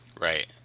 Right